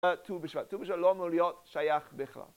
טו בשבט, טו בשבט לא אמור להיות שייך בכלל